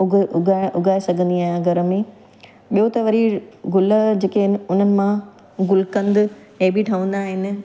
उग उगाए उगाए सघंदी आहियां घर में ॿियो त वरी गुल जेके आहिनि उन्हनि मां गुलकंदु इहे बि ठवंदा आहिनि